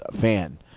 fan